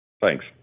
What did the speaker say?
Thanks